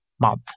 month